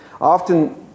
Often